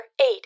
eight